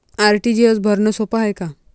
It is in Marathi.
आर.टी.जी.एस भरनं सोप हाय का?